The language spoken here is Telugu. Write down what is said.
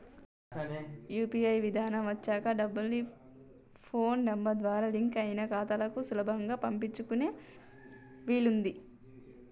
యూ.పీ.ఐ విధానం వచ్చాక డబ్బుల్ని ఫోన్ నెంబర్ ద్వారా లింక్ అయిన ఖాతాలకు సులభంగా పంపించుకునే వీలుంది